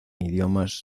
idiomas